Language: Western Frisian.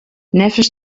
neffens